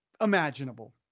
imaginable